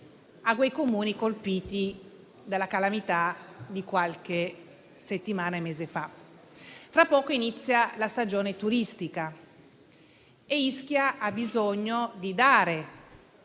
ai Comuni colpiti dalla calamità di qualche mese fa. Tra poco inizia la stagione turistica e Ischia ha bisogno di dare